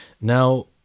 Now